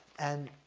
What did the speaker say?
and,